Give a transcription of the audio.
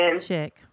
check